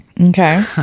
Okay